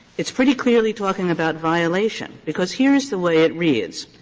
it's pretty clearly talking about violation, because here is the way it reads.